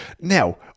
Now